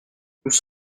nous